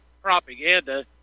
propaganda